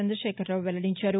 చంద్రశేఖరరావు వెల్లడించారు